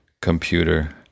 computer